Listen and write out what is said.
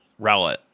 Rowlet